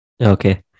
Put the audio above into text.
Okay